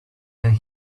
and